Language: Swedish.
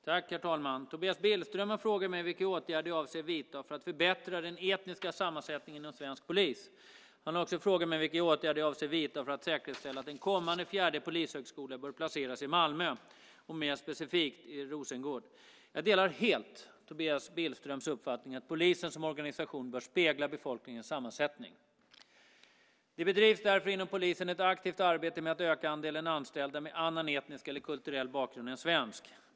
Herr talman! Tobias Billström har frågat mig vilka åtgärder jag avser att vidta för att förbättra den etniska sammansättningen inom svensk polis. Han har också frågat mig vilka åtgärder jag avser att vidta för att säkerställa att en kommande fjärde polishögskola bör placeras i Malmö och mer specifikt i Rosengård. Jag delar helt Tobias Billströms uppfattning att polisen som organisation bör spegla befolkningens sammansättning. Det bedrivs därför inom polisen ett aktivt arbete med att öka andelen anställda med annan etnisk eller kulturell bakgrund än svensk.